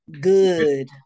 Good